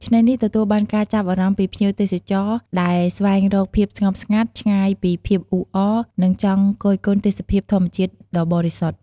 ឆ្នេរនេះទទួលបានការចាប់អារម្មណ៍ពីភ្ញៀវទេសចរដែលស្វែងរកភាពស្ងប់ស្ងាត់ ឆ្ងាយពីភាពអ៊ូអរ និងចង់គយគន់ទេសភាពធម្មជាតិដ៏បរិសុទ្ធ។